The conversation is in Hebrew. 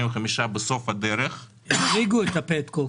שקלים בסוף הדרך -- החריגו את הפטקוק.